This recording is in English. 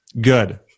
Good